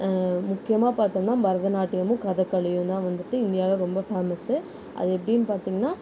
முக்கியமாக பார்த்தோம்னா பரதநாட்டியமும் கதக்களியுந்தான் வந்துவிட்டு இந்தியாவில் ரொம்ப பேமஸு அது எப்படின்னு பார்த்திங்கன்னா